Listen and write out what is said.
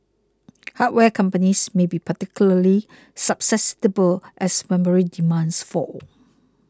hardware companies may be particularly susceptible as memory demand falls